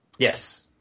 Yes